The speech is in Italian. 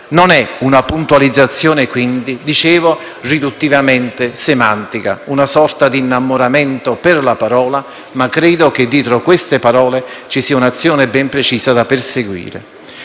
una puntualizzazione riduttivamente semantica, una sorta di innamoramento per la parola, ma credo che dietro queste parole ci sia un'azione ben precisa da perseguire.